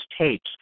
tapes